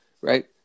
right